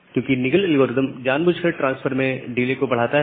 क्योंकि Nagle algorithm जानबूझकर transfer में डिले को बढ़ाता है